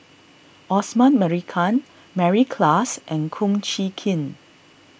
Osman Merican Mary Klass and Kum Chee Kin